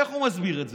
איך הוא מסביר את זה?